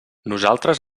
nosaltres